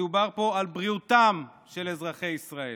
מדובר פה על בריאותם של אזרחי ישראל.